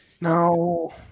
No